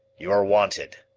you are wanted.